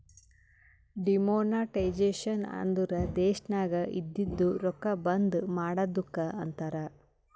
demonetisation ಅಂದುರ್ ದೇಶನಾಗ್ ಇದ್ದಿದು ರೊಕ್ಕಾ ಬಂದ್ ಮಾಡದ್ದುಕ್ ಅಂತಾರ್